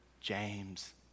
James